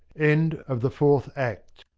end of the fourth act,